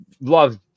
love